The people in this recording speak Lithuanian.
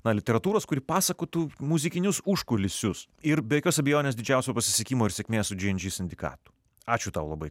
na literatūros kuri pasakotų muzikinius užkulisius ir be jokios abejonės didžiausio pasisekimo ir sėkmės su džy en džy sindikatu ačiū tau labai